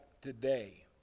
today